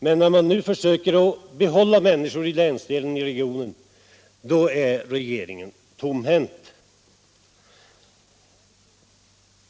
Men när den nu sittande regeringen försöker behålla människor i regionen, då är regeringen tomhänt.